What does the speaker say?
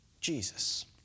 Jesus